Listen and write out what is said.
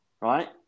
Right